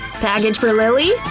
package for lilly?